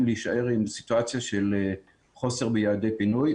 להישאר עם סיטואציה של חוסר ביעדי פינוי.